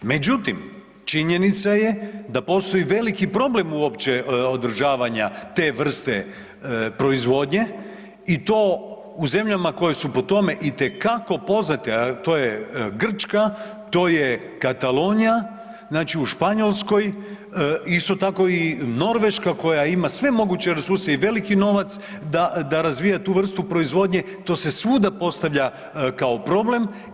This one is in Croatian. Međutim, činjenica je da postoji veliki problem uopće održavanja te vrste proizvodnje i to u zemljama koje su po tome itekako poznate, a to je Grčka, to je Katalonija u Španjolskoj, isto tako i Norveška koja ima sve moguće resurse i veliki novac da razvija tu vrstu proizvodnje, to se svuda postavlja kao problem.